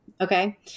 Okay